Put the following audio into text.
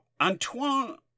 Antoine